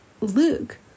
Luke